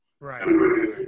Right